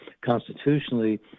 constitutionally